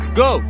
go